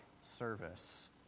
service